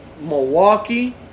Milwaukee